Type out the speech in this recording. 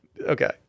Okay